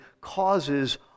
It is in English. causes